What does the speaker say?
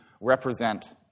represent